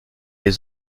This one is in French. des